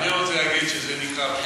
אני רוצה להגיד שזה נקרא,